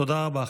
תודה רבה.